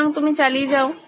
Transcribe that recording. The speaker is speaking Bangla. সুতরাং তুমি চালিয়ে যাও